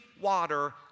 water